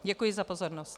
Děkuji za pozornost.